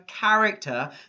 character